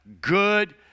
good